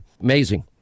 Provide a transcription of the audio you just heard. Amazing